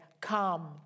come